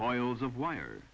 coils of wire